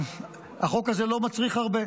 החוק הזה לא מצריך הרבה,